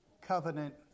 covenant